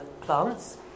plants